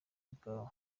bwawe